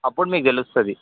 అప్పుడు మీకు తెలుస్తుంది